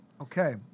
Okay